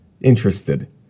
interested